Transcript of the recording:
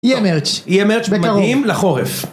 יהיה מרץ' יהיה מרץ' ומגיעים לחורף. בקרוב.